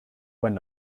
where